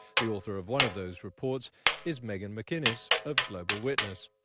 the author of one of those reports is megan macinnes of global witness.